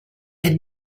had